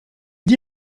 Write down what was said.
dit